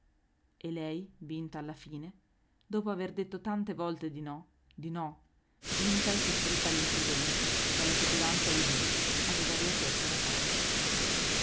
e lei vinta alla fine dopo aver detto tante volte di no di no vinta e costretta dall'imprudenza dalla petulanza di lui aveva riaperto la porta